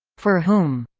for whom?